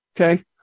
okay